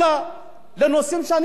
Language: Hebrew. לנושאים שאני מאמין בהם.